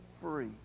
free